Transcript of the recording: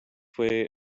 way